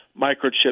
microchip